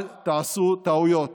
אל תעשו טעויות.